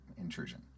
intrusion